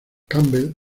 campbell